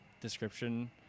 description